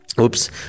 Oops